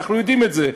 ואנחנו יודעים את זה.